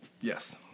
Yes